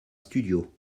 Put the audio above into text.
studio